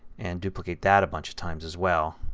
and duplicate that a bunch of times as well.